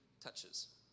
touches